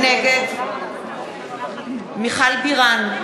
נגד מיכל בירן,